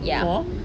for